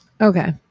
Okay